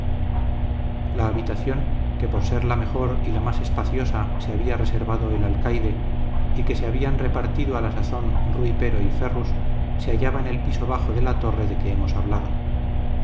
la habitación que por ser la mejor y la más espaciosa se había reservado el alcaide y que se habían repartido a la sazón rui pero y ferrus se hallaba en el piso bajo de la torre de que hemos hablado